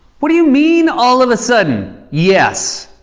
what do you mean, all of a sudden? yes,